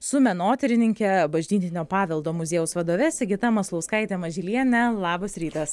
su menotyrininke bažnytinio paveldo muziejaus vadove sigita maslauskaite mažyliene labas rytas